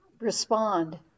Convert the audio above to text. respond